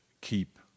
keep